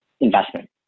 investment